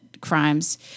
crimes